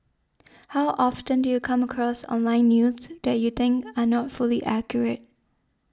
how often do you come across online news that you think are not fully accurate